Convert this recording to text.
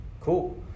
Cool